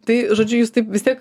tai žodžiu jūs taip vis tiek